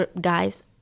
guys